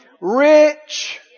rich